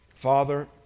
Father